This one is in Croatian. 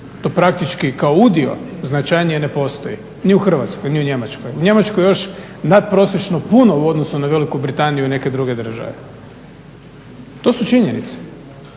To praktički kao udio značajnije ne postoji ni u Hrvatskoj, ni u Njemačkoj. U Njemačkoj još nad prosječno puno u odnosu na Veliku Britaniju i neke druge države, to su činjenice.